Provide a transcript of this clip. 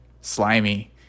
slimy